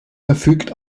verfügt